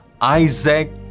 Isaac